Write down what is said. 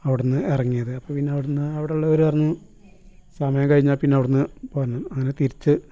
അവിടുന്ന് എറങ്ങിയത് അപ്പോൾ പിന്നെ അവിടുന്ന് അവിടുള്ളവർ പറഞ്ഞു സമയം കഴിഞ്ഞാൽ പിന്നെ അവിടുന്ന് പോരണം അങ്ങനെ തിരിച്ച്